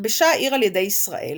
נכבשה העיר על ידי ישראל,